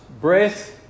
breath